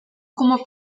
como